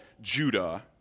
Judah